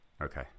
okay